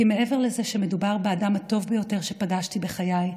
כי מעבר לזה שמדובר באדם הטוב ביותר שפגשתי בחיי,